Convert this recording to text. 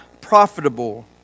profitable